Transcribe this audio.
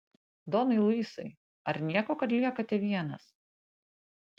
donai luisai ar nieko kad liekate vienas